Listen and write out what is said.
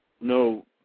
no